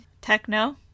Techno